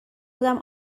بودم